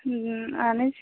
آہَن حظ